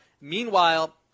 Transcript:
Meanwhile